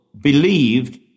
believed